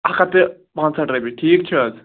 اَکھ ہتھ تہٕ پانٛژٕہٲٹھ رۄپیہِ ٹھیٖک چھا حظ